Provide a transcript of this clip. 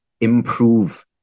improve